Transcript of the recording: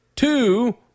Two